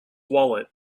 wallet